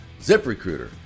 ZipRecruiter